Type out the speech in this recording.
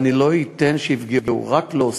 ואני לא אתן שיפגעו בהם, רק להוסיף,